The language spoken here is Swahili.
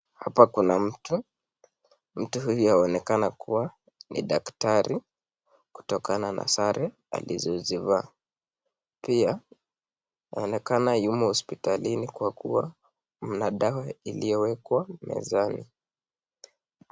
Hapa kuna mtu, mtu huyu aonekana kuwa ni daktari kutokana na sare alizozivaa. Pia anaonekana yumo hospitalini kwa kuwa mna dawa iliyowekwa mezani.